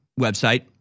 website